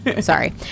Sorry